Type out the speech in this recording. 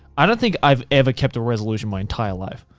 i don't think i've ever kept a resolution my entire life.